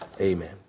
Amen